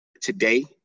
today